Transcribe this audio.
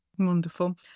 Wonderful